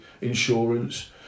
insurance